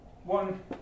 One